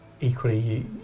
equally